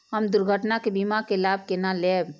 हम दुर्घटना के बीमा के लाभ केना लैब?